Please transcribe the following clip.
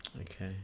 Okay